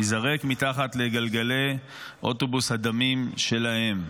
ייזרק מתחת לגלגלי אוטובוס הדמים שלהם.